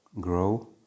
grow